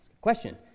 question